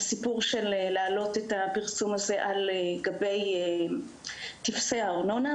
העלאת הפרסום הזה על גבי טפסי הארנונה.